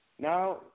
Now